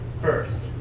first